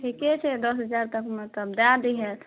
ठीके छै दस हजार तकमे तब दए दिहथि